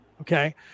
Okay